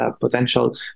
potential